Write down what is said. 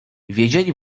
wiedzieli